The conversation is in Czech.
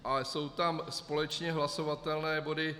A jsou tam společně hlasovatelné body.